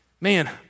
Man